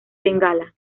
bengala